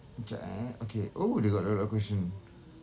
jap eh oo they got a lot of question